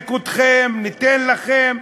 נפנק אתכם, ניתן לכם.